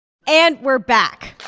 and we're back